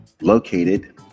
located